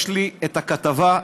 יש לי את הכתבה,